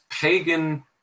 pagan